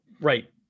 Right